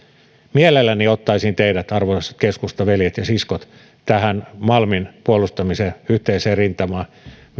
mielelläni ottaisin teidät arvoisat keskustaveljet ja siskot malmin puolustamisen yhteiseen rintamaan myös